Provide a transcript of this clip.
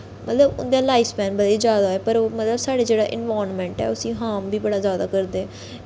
मतलब उं'दा लाईफ सपैन बधी जा दा ऐ पर जेह्ड़ा साढ़ा इन्वाईरनमैंट ऐ उस्सी हार्म बी बड़ा जैदा करदे